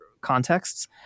contexts